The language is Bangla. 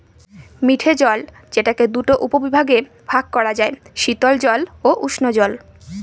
মিঠে জল যেটাকে দুটা উপবিভাগে ভাগ করা যায়, শীতল জল ও উষ্ঞজল